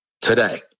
today